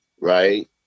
right